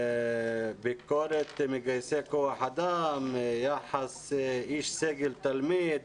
ביקורת מגייסי כוח אדם, יחס איש סגל תלמיד,